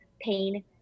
pain